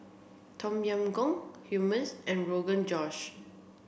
Tom Yam Goong Hummus and Rogan Josh